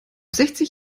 sechzig